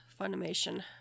Funimation